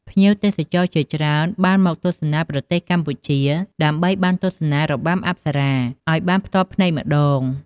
ភ្ញៀវទេសចរជាច្រើនបានមកទស្សនាប្រទេសកម្ពុជា ដើម្បីបានទស្សនារបាំអប្សរាឲ្យបានផ្ទាល់ភ្នែកម្តង។